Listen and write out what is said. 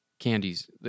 Candies